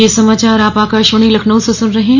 ब्रे क यह समाचार आप आकाशवाणी लखनऊ से सुन रहे हैं